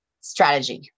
strategy